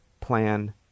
plan